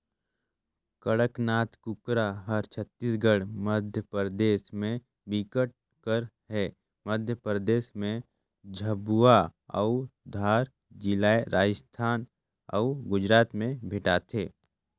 कड़कनाथ कुकरा हर छत्तीसगढ़, मध्यपरदेस में बिकट कर हे, मध्य परदेस में झाबुआ अउ धार जिलाए राजस्थान अउ गुजरात में भेंटाथे